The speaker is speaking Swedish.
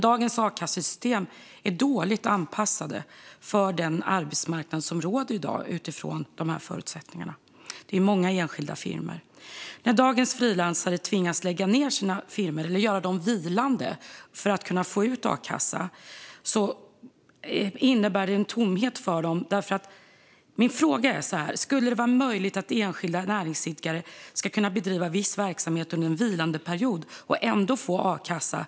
Dagens a-kassesystem är dåligt anpassat för den arbetsmarknad som råder i dag, utifrån dessa förutsättningar. Det är många enskilda firmor. När dagens frilansare tvingas lägga ned sina firmor eller göra dem vilande för att få ut a-kassa innebär det en tomhet för dem. Min fråga är: Skulle det vara möjligt för enskilda näringsidkare att kunna bedriva viss verksamhet under en vilandeperiod och ändå få a-kassa?